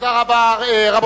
תודה רבה.